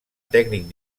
tècnic